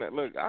Look